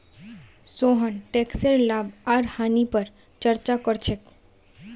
सोहन टैकसेर लाभ आर हानि पर चर्चा कर छेक